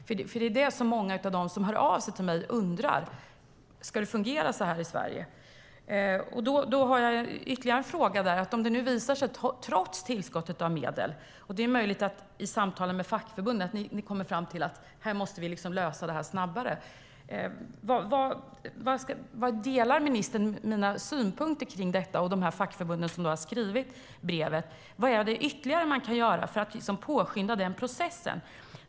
Det är ju det som många av dem som hör av sig till mig undrar. Ska det fungera så här i Sverige? Jag har ytterligare en fråga. Det är möjligt att ni i samtalen med fackförbunden kommer fram till att detta måste lösas snabbare. Delar ministern mina synpunkter kring detta och synpunkterna från de fackförbund som har skrivit brevet? Vad är det man kan göra ytterligare för att påskynda den processen?